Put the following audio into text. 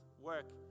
work